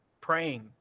praying